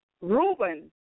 Reuben